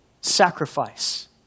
sacrifice